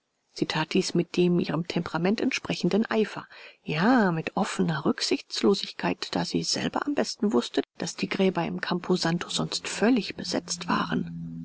tat dies mit dem ihrem temperament entsprechenden eifer ja mit offener rücksichtslosigkeit da sie selber am besten wußte daß die gräber im camposanto sonst völlig besetzt waren